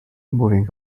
moving